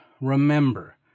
remember